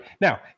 Now